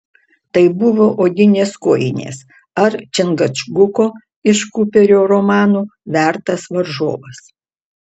tai buvo odinės kojinės ar čingačguko iš kuperio romanų vertas varžovas